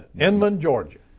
inman, georgia.